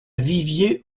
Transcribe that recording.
vivier